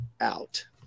out